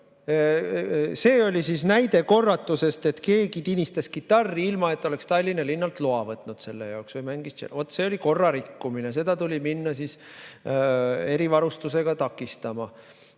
See oli näide korratuse kohta, et keegi tinistas kitarri, ilma et oleks Tallinna linnalt luba võtnud selle jaoks, või mängis tšellot. Vot see oli korrarikkumine. Seda tuli minna erivarustusega takistama.